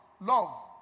Love